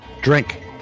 Drink